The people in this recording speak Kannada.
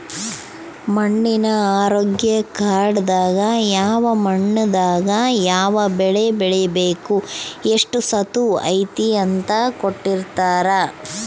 ಮಣ್ಣಿನ ಆರೋಗ್ಯ ಕಾರ್ಡ್ ದಾಗ ಯಾವ ಮಣ್ಣು ದಾಗ ಯಾವ ಬೆಳೆ ಬೆಳಿಬೆಕು ಎಷ್ಟು ಸತುವ್ ಐತಿ ಅಂತ ಕೋಟ್ಟಿರ್ತಾರಾ